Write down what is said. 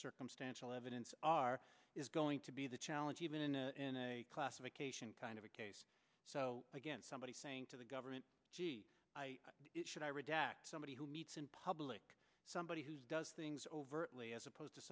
circumstantial evidence are is going to be the challenge even in a in a classification kind of a case so again somebody saying to the government gee should i redact somebody who meets in public somebody who's does things overtly as opposed to